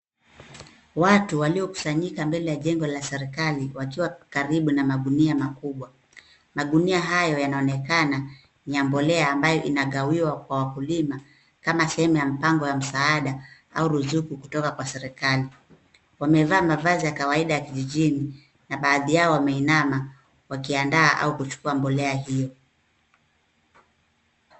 Watu waliokusanyika mbele ya jengo la serikali wakiwa karibu na magunia makubwa. Magunia hayo yanaonekana ni ya mbolea ambayo inagawiwa kwa wakulima kama sehemu ya mpango wa msaada au ruzuku kutoka kwa serikali. Wamevaa mavazi ya kawaida ya vijijini na baadhi yao wameinama wakiandaa au kuchukua mbolea hiyo.